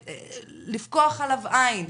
לפקוח עליו עין,